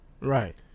Right